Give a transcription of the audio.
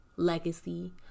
legacy